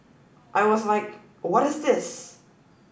I was like what is this